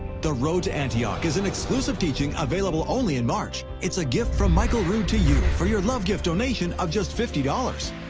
the road to antioch is an exclusive teaching available only in march. it's a gift from michael rood to you for your love gift donation of just fifty dollars.